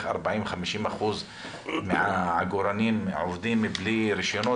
40%,50% מהעגורנים עובדים בלי רישיונות,